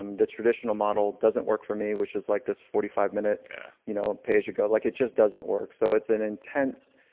um the traditional model doesn't for me which is like this forty five minute you know pay as you go, like it just doesn't work so it's an intense,